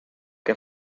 que